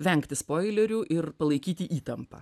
vengti spoilerių ir palaikyti įtampą